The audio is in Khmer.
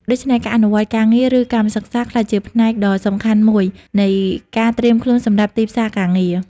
ដូច្នេះ ការអនុវត្តន៍ការងារ ឬកម្មសិក្សា ក្លាយជាផ្នែកដ៏សំខាន់មួយនៃការត្រៀមខ្លួនសម្រាប់ទីផ្សារការងារ។